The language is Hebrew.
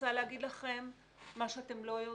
רוצה להגיד לכם מה שאתם לא יודעים,